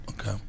Okay